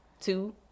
two